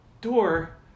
door